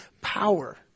power